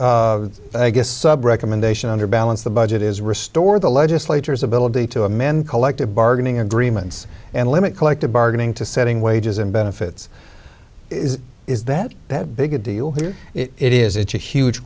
i guess sub recommendation on your balance the budget is restore the legislators ability to amend collective bargaining agreements and limit collective bargaining to setting wages and benefits is that that big a deal here it is it's a huge